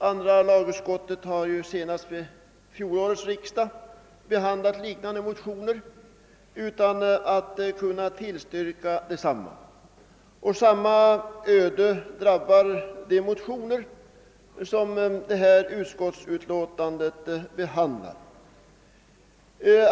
Andra lagutskottet har senast vid fjolårets riksdag behandlat liknande motioner utan att kunna tillstyrka dem. Samma öde drabbar ce motioner som föreliggande utskottsutlåtande behandlar.